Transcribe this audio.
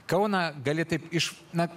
kauną gali taip iš na